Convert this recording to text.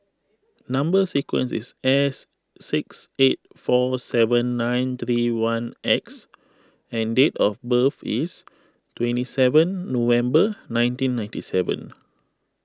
Number Sequence is S six eight four seven nine three one X and date of birth is twenty seven November nineteen ninety seven